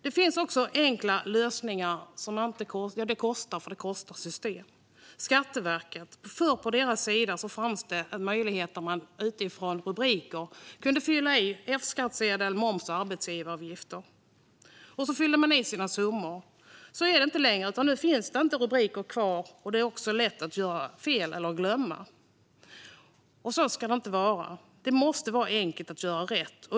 Det finns enkla lösningar, men de kostar. Förut fanns det på Skatteverkets hemsida möjlighet att med utgångspunkt i rubriker fylla i F-skattsedel, moms och arbetsgivaravgift. Man fyllde i sina summor. Så är det inte längre. Nu finns inte rubrikerna, och det är lätt att göra fel eller glömma. Så ska det inte vara. Det måste vara enkelt att göra rätt.